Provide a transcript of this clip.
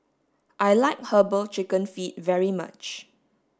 I like herbal chicken feet very much